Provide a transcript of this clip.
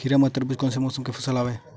खीरा व तरबुज कोन से मौसम के फसल आवेय?